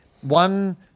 one